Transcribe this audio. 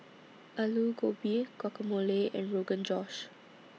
Alu Gobi Guacamole and Rogan Josh